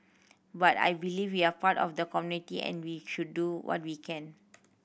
but I believe we are part of the community and we should do what we can